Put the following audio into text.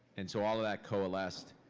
and so all of that coalesced.